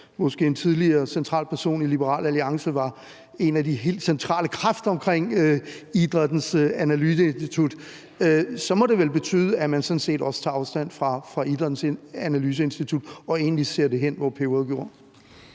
måske at en tidligere central person i Liberal Alliance var en af de helt centrale kræfter omkring Idrættens Analyseinstitut – at man sådan set også tager afstand fra Idrættens Analyseinstitut og egentlig gerne så det forsvinde hen,